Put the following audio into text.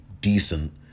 decent